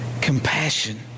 compassion